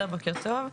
בוקר טוב.